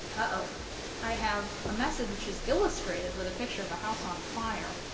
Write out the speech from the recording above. uh-oh i have a message which is illustrated with a picture of a house on fire